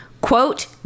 quote